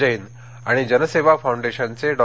जैन आणि जनसेवा फाउंडेशनघे डॉ